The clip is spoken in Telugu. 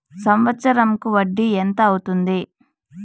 సంవత్సరం కు వడ్డీ ఎంత అవుతుంది?